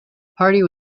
party